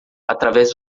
através